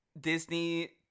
Disney